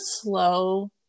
slow